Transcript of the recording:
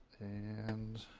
and.